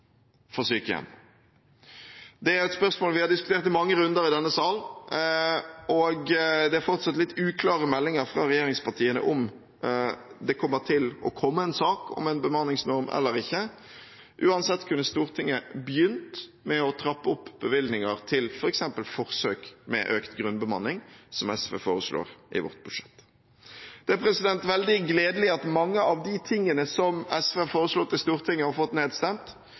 for sykehjem. Det er et spørsmål vi har diskutert i mange runder i denne sal, og det er fortsatt litt uklare meldinger fra regjeringspartiene om det kommer til å komme en sak om en bemanningsnorm eller ikke. Uansett kunne Stortinget begynt med å trappe opp bevilgninger til f.eks. forsøk med økt grunnbemanning, som SV foreslår i sitt budsjett. Det er veldig gledelig at mange av de tingene som SV har foreslått i Stortinget og fått nedstemt,